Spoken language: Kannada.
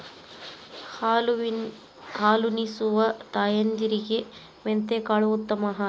ಹಾಲುನಿಸುವ ತಾಯಂದಿರಿಗೆ ಮೆಂತೆಕಾಳು ಉತ್ತಮ ಆಹಾರ